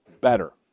better